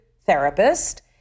therapist